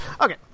Okay